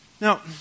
Now